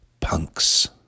punks